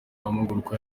amahugurwa